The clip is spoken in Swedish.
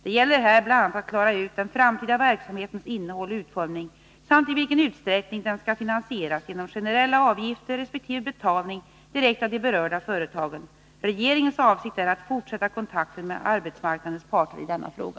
Det gäller här bl.a. att klara ut den framtida verksamhetens innehåll och utformning samt i vilken utsträckning den skall finansieras genom generella avgifter resp. betalning direkt av de berörda företagen. Regeringens avsikt är att fortsätta kontakten med arbetsmarknadens parter i denna fråga.